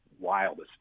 wildest